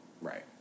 Right